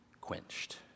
quenched